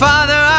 Father